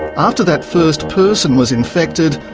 after that first person was infected,